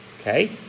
Okay